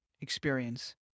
experience